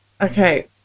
Okay